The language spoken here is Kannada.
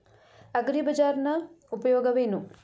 ಅಗ್ರಿಬಜಾರ್ ನ ಉಪಯೋಗವೇನು?